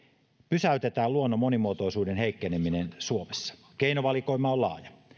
pysäytetään luonnon monimuotoisuuden heikkeneminen suomessa keinovalikoima on laaja